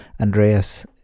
Andreas